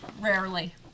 Rarely